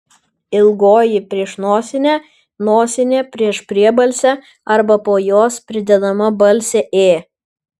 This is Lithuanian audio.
ilgoji prieš nosinę nosinė prieš priebalsę arba po jos pridedama balsė ė